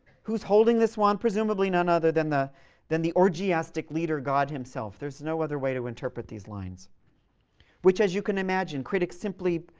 who's holding this wand? presumably none other than the than the orgiastic leader, god himself. there's no other way to interpret these lines which, as you can imagine, critics simply